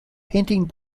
painting